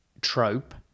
trope